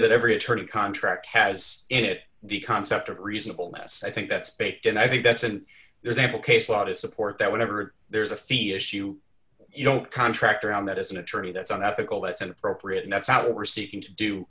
that every attorney contract has it the concept of reasonable ness i think that's baked and i think that's and there's ample case law to support that whenever there's a fee issue you don't contract around that as an attorney that's unethical that's inappropriate and that's how we're seeking to do